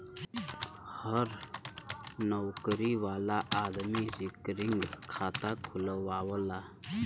हर नउकरी वाला आदमी रिकरींग खाता खुलवावला